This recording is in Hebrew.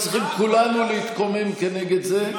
ואני חושב שאנחנו צריכים כולנו להתקומם כנגד זה,